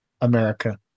america